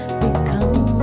become